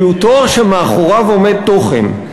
כי הוא תואר שמאחוריו עומד תוכן.